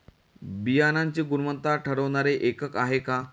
बियाणांची गुणवत्ता ठरवणारे एकक आहे का?